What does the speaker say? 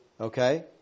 Okay